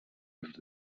els